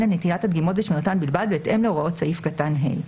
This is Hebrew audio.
לנטילת הדגימות ושמירתן בלבד בהתאם להוראות סעיף קטן (ה).